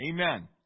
Amen